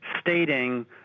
stating